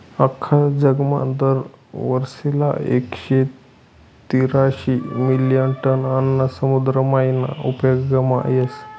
आख्खा जगमा दर वरीसले एकशे तेरेचायीस मिलियन टन आन्न समुद्र मायीन उपेगमा येस